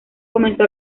comenzó